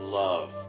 love